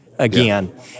Again